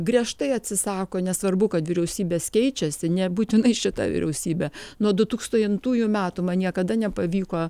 griežtai atsisako nesvarbu kad vyriausybės keičiasi nebūtinai šita vyriausybė nuo du tūkstajantųjų metų man niekada nepavyko